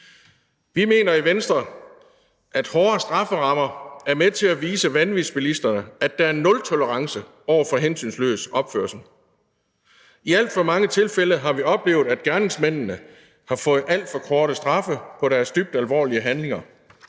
Vi mener i Venstre, at højere strafferammer er med til at vise vanvidsbilisterne, at der er nultolerance over for hensynsløs opførsel. I alt for mange tilfælde har vi oplevet, at gerningsmændene har fået alt for korte straffe for deres dybt alvorlige handlinger.